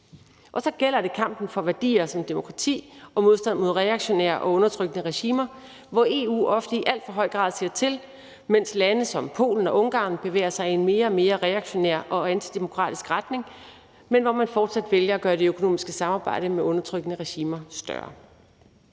Og så gælder det kampen for værdier som demokrati og modstand mod reaktionære og undertrykkende regimer, hvor EU ofte i alt for høj grad ser til, mens lande som Polen og Ungarn bevæger sig i en mere og mere reaktionær og antidemokratisk retning, og hvor man fortsat vælger at gøre det økonomiske samarbejde med undertrykkende regimer større.